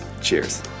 Cheers